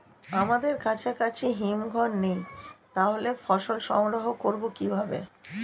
আমাদের কাছাকাছি হিমঘর নেই তাহলে ফসল সংগ্রহ করবো কিভাবে?